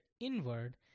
inward